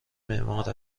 معمار